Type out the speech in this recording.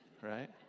right